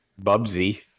Bubsy